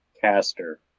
Caster